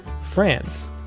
France